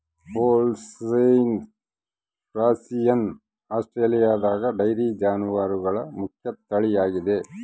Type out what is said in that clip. Holstein Friesian ಆಸ್ಟ್ರೇಲಿಯಾದಗ dairy ಜಾನುವಾರುಗಳ ಮುಖ್ಯ ತಳಿಯಾಗಿದೆ